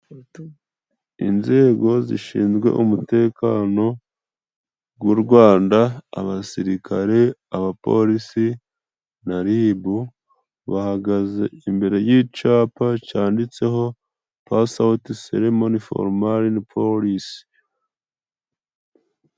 Inzego zishinzwe umutekano w'u Rwanda abasirikare, abaporisi na ribu bahagaze imbere y'icyapa, cyanditseho pase awuti seremoni forumarini porisi.